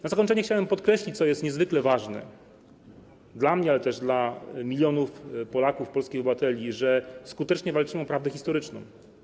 Na zakończenie chciałbym podkreślić - co jest niezwykle ważne dla mnie, ale też dla milionów Polaków, polskich obywateli - że skutecznie walczymy o prawdę historyczną.